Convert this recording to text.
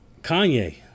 Kanye